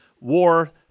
war